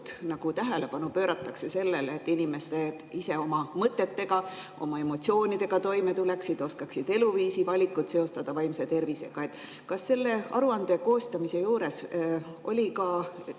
suurt tähelepanu pööratakse sellele, et inimesed ise oma mõtetega, oma emotsioonidega toime tuleksid, oskaksid eluviisi valikut seostada vaimse tervisega. Kas selle aruande koostamise juures oli ka